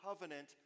covenant